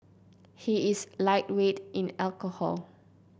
he is a lightweight in alcohol